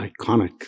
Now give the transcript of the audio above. iconic